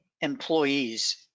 employees